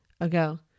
ago